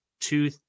two